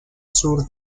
sur